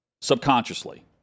subconsciously